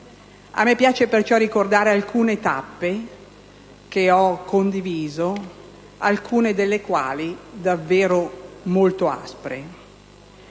A me piace perciò ricordare alcune tappe che ho condiviso, alcune delle quali davvero molto aspre.